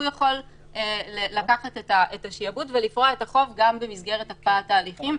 הוא יכול לקחת את השעבוד ולפרוע את החוב גם במסגרת הקפאת ההליכים.